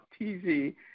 TV